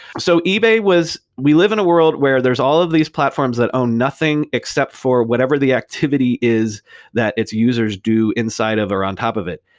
so ebay was we live in a world where there's all of these platforms that own nothing, except for whatever the activity is that its users do inside of or on top of it.